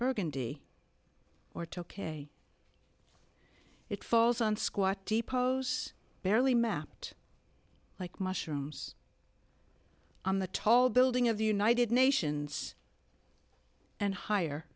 burgundy or took a it falls on squat depots barely mapped like mushrooms on the tall building of the united nations and higher